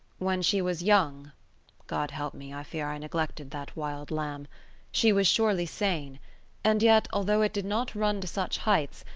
when she was young god help me, i fear i neglected that wild lamb she was surely sane and yet, although it did not run to such heights,